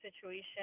situation